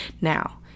now